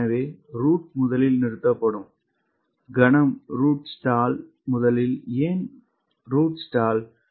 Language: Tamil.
எனவே ரூட் முதலில் நிறுத்தப்படும் கணம் ரூட் ஸ்டால் முதலில் ஏன் ரூட் ஸ்டால் முதலில்